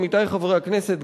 עמיתי חברי הכנסת,